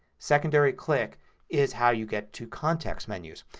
secondary click is how you get to context menus.